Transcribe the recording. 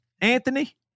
Anthony